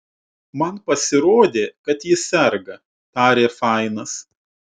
man pasirodė kad ji serga tarė fainas